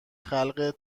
خلق